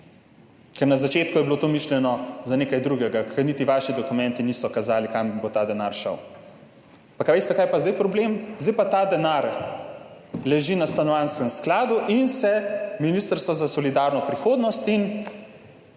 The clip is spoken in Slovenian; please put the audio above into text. bilo na začetku to mišljeno za nekaj drugega, ker niti vaši dokumenti niso kazali, kam bo šel ta denar. Ali veste, kaj je pa zdaj problem? Zdaj pa ta denar leži na Stanovanjskem skladu in se Ministrstvo za solidarno prihodnost in